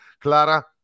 Clara